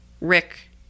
Rick